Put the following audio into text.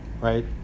right